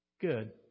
Good